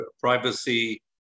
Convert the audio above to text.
privacy